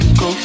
go